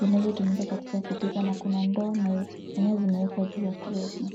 vinavyotumika katika kupika na kuna ndoo na nyanya zimeweekwa juu ya kreti .